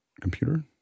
computer